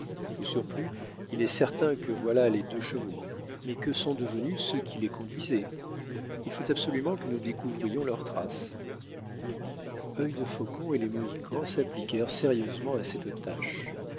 au surplus il est certain que voilà les deux chevaux mais que sont devenus ceux qui les conduisaient il faut absolument que nous découvrions leurs traces œil de faucon et les mohicans s'appliquèrent sérieusement à cette tâche